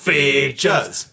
Features